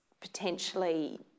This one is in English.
potentially